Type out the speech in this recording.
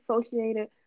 associated